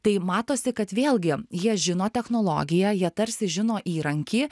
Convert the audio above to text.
tai matosi kad vėlgi jie žino technologiją jie tarsi žino įrankį